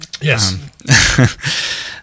yes